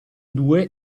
due